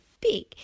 big